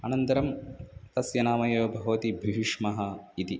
अनन्तरं तस्य नाम एव भवति भीष्मः इति